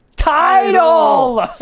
title